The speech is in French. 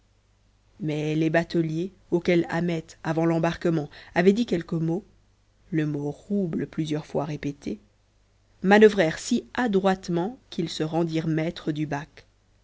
mais les bateliers auxquels ahmet avant l'embarquement avait dit quelques mots le mot rouble plusieurs fois répété manoeuvrèrent si adroitement qu'ils se rendirent maîtres du bac